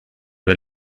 väl